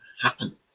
happen